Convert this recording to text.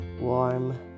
warm